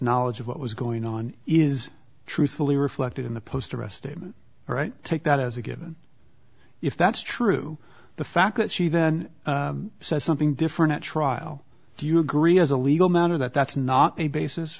knowledge of what was going on is truthfully reflected in the post arrest statement right take that as a given if that's true the fact that she then says something different at trial do you agree as a legal matter that that's not a basis